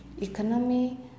economy